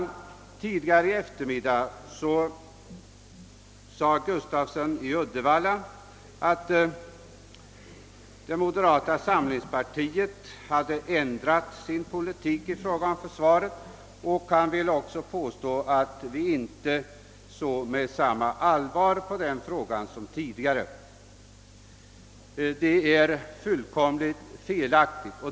Herr Gustafsson i Uddevalla sade tidigare i eftermiddag att moderata samlingspartiet ändrat sin politik i fråga om försvaret, och han ville också påstå att vi inte såg med samma allvar på denna fråga som tidigare. Det är fullständigt felaktigt.